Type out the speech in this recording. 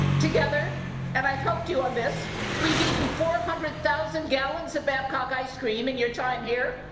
together and i have helped you on this we've eaten four hundred thousand gallons of babcock ice cream in your time here